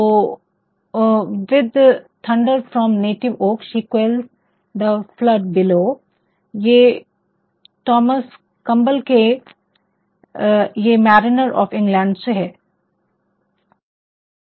तो with thunder from a native oak she quells the flood below 'with thunders from her native oak she quells the flood below' ये Thomas Campbell के ye mariners of England Ye Mariners of England से है